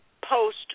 Post